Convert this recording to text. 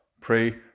pray